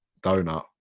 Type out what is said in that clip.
donut